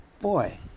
boy